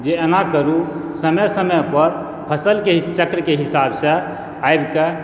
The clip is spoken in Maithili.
जे एना करू समय समय पर फसलके चक्रके हिसाबसँ आबिके